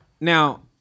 now